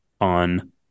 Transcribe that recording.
on